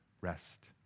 rest